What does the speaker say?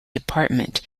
department